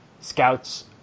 Scouts